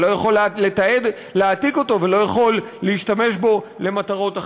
ולא יכול להעתיק אותו ולא יכול להשתמש בו למטרות אחרות.